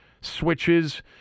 switches